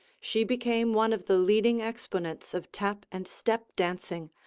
she became one of the leading exponents of tap and step dancing,